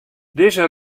dizze